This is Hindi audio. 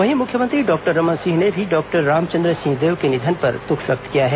वहीं मुख्यमंत्री डॉक्टर रमन सिंह ने भी डॉक्टर रामचंद्र सिंहदेव के निधन पर दुख व्यक्त किया है